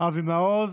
אבי מעוז.